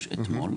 אתמול,